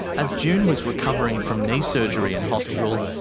as june was recovering from knee surgery in hospital,